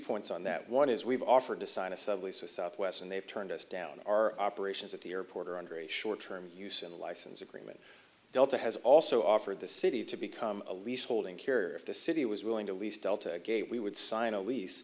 points on that one is we've offered to sign a sub lisa southwest and they've turned us down our operations at the airport are under a short term use and a license agreement delta has also offered the city to become a lease holding carrier if the city was willing to lease delta again we would sign a lease